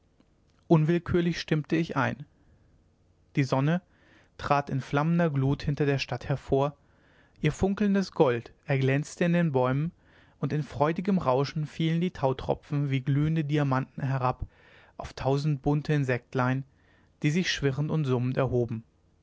unwillkürlich stimmte ich ein die sonne trat in flammender glut hinter der stadt hervor ihr funkelndes gold erglänzte in den bäumen und in freudigem rauschen fielen die tautropfen wie glühende diamanten herab auf tausend bunte insektlein die sich schwirrend und sumsend erhoben